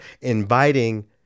inviting